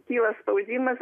kyla spaudimas